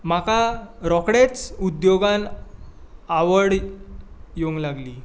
म्हाका रोखडेंच उद्द्योगान आवड येवंक लागली